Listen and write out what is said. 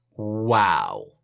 wow